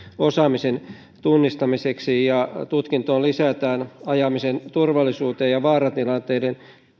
osaamisen tunnistamiseksi tutkintoon lisätään ajamisen turvallisuuteen ja vaaratilanteiden